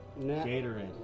Gatorade